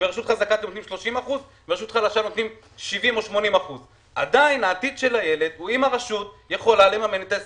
שלרשות חזקה אתם נותנים 30% ורשות חלשה נותנים 70% או 80%. עדיין העתיד של הילד הוא אם הרשות יכולה לממן את ה-20%,